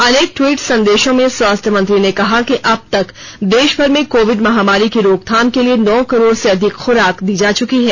अनेक ट्वीट संदेशों में स्वास्थ्य मंत्री ने कहा है कि अब तक देशभर में कोविड महामारी की रोकथाम के लिए नौ करोड़ से अधिक खुराक दी जा चुकी हैं